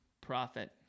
profit